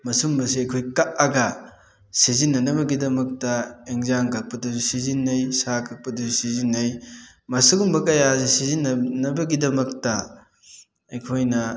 ꯃꯁꯨꯝꯕꯁꯦ ꯑꯩꯈꯣꯏ ꯀꯛꯑꯒ ꯁꯤꯖꯤꯟꯅꯅꯕꯒꯤꯗꯃꯛꯇ ꯏꯟꯖꯥꯡ ꯀꯛꯄꯗꯁꯨ ꯁꯤꯖꯤꯟꯅꯩ ꯁꯥ ꯀꯛꯄꯗꯁꯨ ꯁꯤꯖꯤꯟꯅꯩ ꯃꯁꯨꯒꯨꯝꯕ ꯀꯌꯥꯁꯤ ꯁꯤꯖꯤꯟꯅꯅꯕꯒꯤꯗꯃꯛꯇ ꯑꯩꯈꯣꯏꯅ